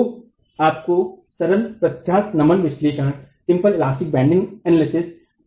तो आपको सरल प्रत्यास्थ नमन विश्लेषण